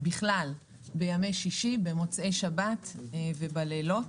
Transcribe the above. בכלל בימי שישי, במוצאי שבת ובלילות.